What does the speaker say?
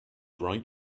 bright